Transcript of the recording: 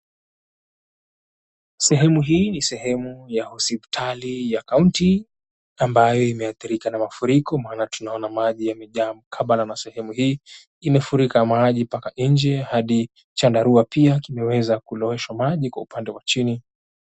Sehemu hii ni sehemu ya hospitali ya kaunti ambayo imeathirika na mafuriko maana tunaona maji yamejaa mkabala na sehemu hii. Imefurika maji mpaka nje hadi chandarua pia kimeweza kuloweshwa maji kwa upande wa chini.